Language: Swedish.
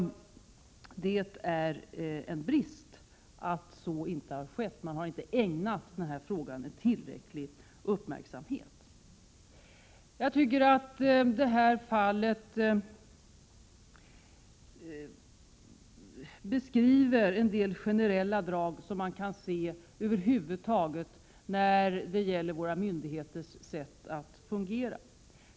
Det är en brist att så inte har skett. Regeringen har inte ägnat denna fråga tillräcklig uppmärksamhet. Jag tycker att fallet Bergling beskriver en del generella drag i våra myndigheters sätt att fungera.